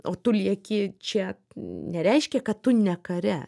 o tu lieki čia nereiškia kad tu ne kare